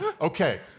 Okay